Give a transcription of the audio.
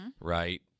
right